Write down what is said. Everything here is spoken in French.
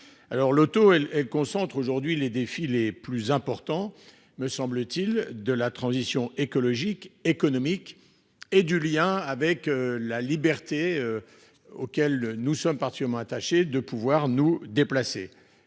elle concentre aujourd'hui les défis les plus important me semble-t-il de la transition écologique, économique et du lien avec la liberté. Auquel nous sommes partiellement attaché de pouvoir nous déplacer